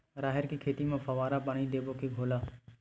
राहेर के खेती म फवारा पानी देबो के घोला?